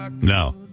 No